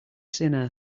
sinner